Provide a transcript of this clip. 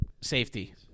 Safety